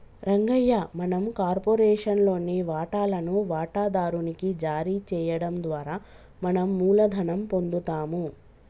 రంగయ్య మనం కార్పొరేషన్ లోని వాటాలను వాటాదారు నికి జారీ చేయడం ద్వారా మనం మూలధనం పొందుతాము